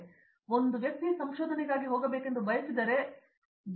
ಆದ್ದರಿಂದ ಒಂದು ವ್ಯಕ್ತಿ ಸಂಶೋಧನೆಗಾಗಿ ಹೋಗಬೇಕೆಂದು ಬಯಸಿದರೆ ಮತ್ತು ಬಿ